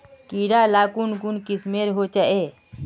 कीड़ा ला कुन कुन किस्मेर होचए?